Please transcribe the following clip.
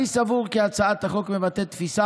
אני סבור כי הצעת החוק מבטאת תפיסה